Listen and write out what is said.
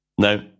No